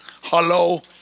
Hello